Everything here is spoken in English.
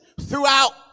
throughout